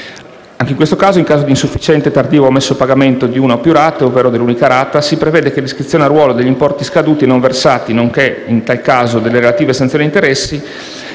Anche in questo caso, in caso di insufficiente, tardivo o omesso pagamento di una o più rate, ovvero dell'unica rata, si prevede l'iscrizione a ruolo degli importi scaduti e non versati, nonché, in tal caso, delle relative sanzioni e interessi,